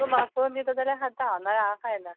तूं म्हाका करून दिता जाल्यार खाता नाल्यार हांव खायना